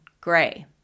Gray